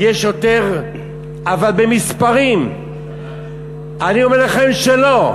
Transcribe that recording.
אבל במספרים אני אומר לכם שלא.